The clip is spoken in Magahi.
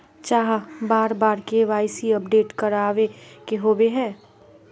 चाँह बार बार के.वाई.सी अपडेट करावे के होबे है?